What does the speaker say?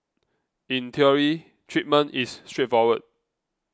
in theory treatment is straightforward